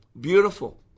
beautiful